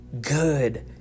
good